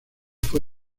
fue